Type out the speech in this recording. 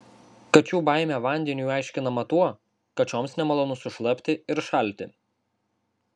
kačių baimė vandeniui aiškinama tuo kad šioms nemalonu sušlapti ir šalti